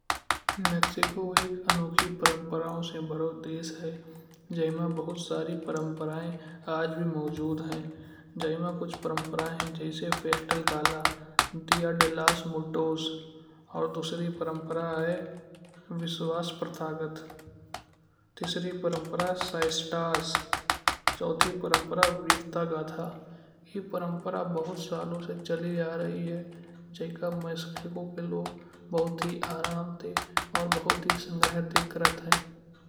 मेक्सिको एक अनोखे परंपराओं से भरा देश है। जइं मइं बहुत सारी परंपराये मौजूद हैं। जइं मइं कुछ मौजूद परंपराये हैं। जैसे पेस्टल काला, दिया दलास मोटोस और दुसरी परंपरा है विश्वास पर ताकत। तीसरी परंपरा है सैस्टस। चौथी परंपरा है विवता गधा। ए परंपरा बहुत सालों से चली आ रही है। जे के मेक्सिको के लोग भुत ही आराम ते और बहुत ही संग्रह ते करत हैं।